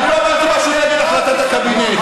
אני לא אמרתי משהו נגד החלטת הקבינט.